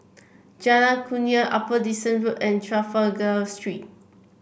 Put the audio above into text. Jalan Kurnia Upper Dickson Road and Trafalgar Street